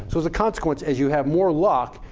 so as a consequence, as you have more luck,